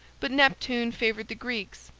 but neptune favored the greeks.